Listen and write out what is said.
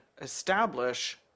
establish